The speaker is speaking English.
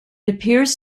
appears